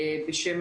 בשם